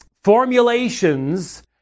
formulations